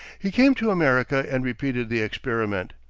he came to america and repeated the experiment.